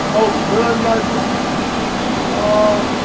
i'll burn my books ah,